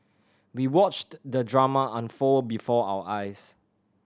we watched the drama unfold before our eyes